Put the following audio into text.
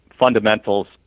fundamentals